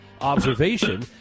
observation